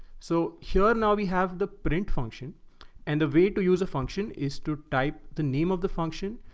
so here now we have the print function and a way to use a function is to type the name of the function.